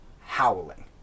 howling